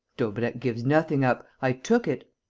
daubrecq gives nothing up. i took it.